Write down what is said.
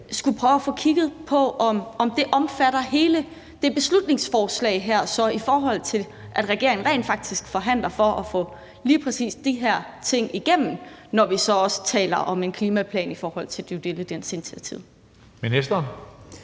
skulle prøve at få kigget på, om det så omfatter hele det beslutningsforslag her, i forhold til at regeringen rent faktisk forhandler for at få lige præcis de her ting igennem, når vi så også taler om en klimaplan i forhold til due diligence-initiativet.